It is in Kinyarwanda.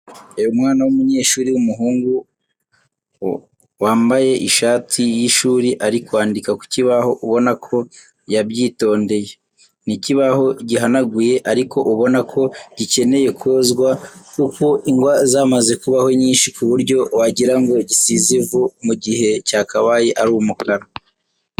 Umwana w'umunyeshuri w'umuhungu wamabye ishati y'ishuri ari kwandika ku kibaho ubona ko yabyitondeye. Ni ikibaho gihanaguye ariko ubona ko gicyeneye kozwa kuko ingwa zamaze kubaho nyinshi ku buryo wagirango gisize ivu mu gihe cyakabaye ari umukara.